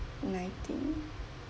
nineteen